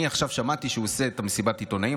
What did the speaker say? אני עכשיו שמעתי שהוא עושה את מסיבת העיתונאים,